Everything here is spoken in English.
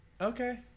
Okay